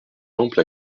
temples